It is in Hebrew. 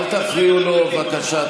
אל תפריעו לו, בבקשה.